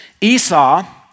Esau